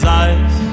eyes